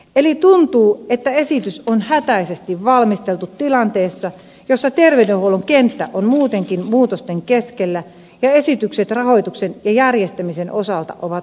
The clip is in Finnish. tuntuu siltä että esitys on hätäisesti valmisteltu tilanteessa jossa terveydenhuollon kenttä on muutenkin muutosten keskellä ja esitykset rahoituksen ja järjestämisen osalta ovat auki